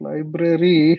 Library